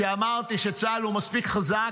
כשאמרתי שצה"ל הוא מספיק חזק.